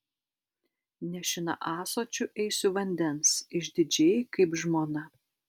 nešina ąsočiu eisiu vandens išdidžiai kaip žmona